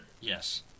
Yes